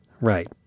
right